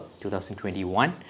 2021